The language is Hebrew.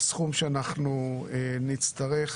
סכום שאנחנו נצטרך